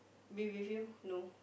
be with you no